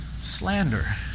slander